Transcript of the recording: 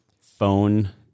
phone